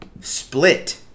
Split